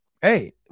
hey